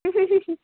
ह् ह् ह् हम्